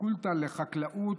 מהפקולטה לחקלאות,